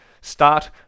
start